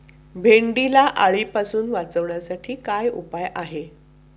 भेंडीला अळीपासून वाचवण्यासाठी काय उपाय आहे?